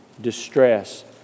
distress